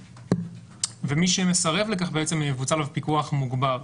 ומי שמסרב לכך יבוצע עליו פיקוח מוגבר.